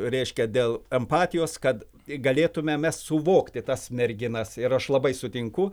reiškia dėl empatijos kad galėtumėme suvokti tas merginas ir aš labai sutinku